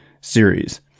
series